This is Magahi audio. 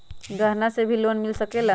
गहना से भी लोने मिल सकेला?